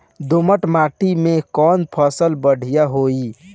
दोमट माटी में कौन फसल बढ़ीया होई?